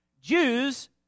Jews